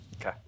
Okay